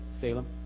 Salem